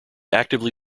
actively